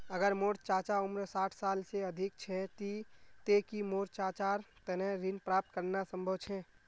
अगर मोर चाचा उम्र साठ साल से अधिक छे ते कि मोर चाचार तने ऋण प्राप्त करना संभव छे?